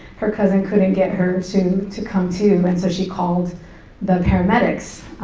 her cousin couldn't get her to to come to, and so she called the paramedics.